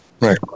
Right